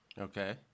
Okay